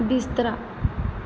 ਬਿਸਤਰਾ